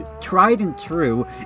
tried-and-true